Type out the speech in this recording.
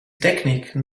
technique